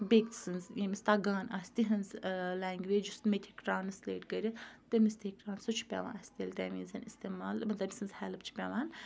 بیٚکہِ سٕنٛز ییٚمِس تگان آسہِ تِہٕنٛز لینٛگویج یُس مےٚ تہِ ہیٚکہِ ٹرٛانَسلیٹ کٔرِتھ تٔمِس تہِ ہیٚکہِ ٹرٛانس سُہ چھُ پیٚوان اَسہِ تیٚلہِ تَمہِ وِزٮ۪ن استعمال تٔمۍ سٕنٛز ہیٚلٕپ چھِ پیٚوان